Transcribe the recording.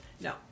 no